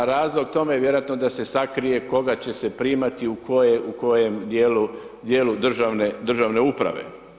Razlog tome je, vjerojatno, da se sakrije koga će se primati u kojem dijelu državne uprave.